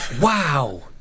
Wow